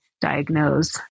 diagnose